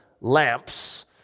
lamps